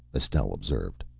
estelle observed.